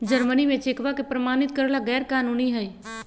Germany में चेकवा के प्रमाणित करे ला गैर कानूनी हई